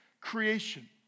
creation